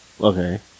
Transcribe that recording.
Okay